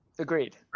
Agreed